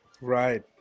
Right